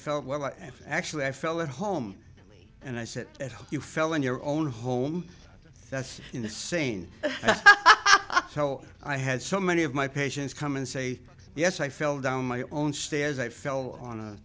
felt well and actually i felt at home and i said if you fell in your own home that's insane i know i had so many of my patients come and say yes i fell down my own stairs i fell on a